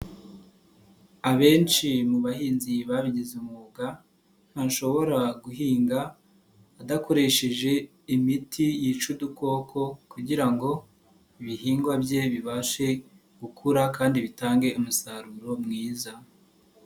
Abenshi mu bahinzi babigize umwuga, ntushobora guhinga adakoresheje imiti yica udukoko kugira ngo ibihingwa bye bibashe gukura kandi bitange umusaruro mwiza.